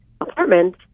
apartment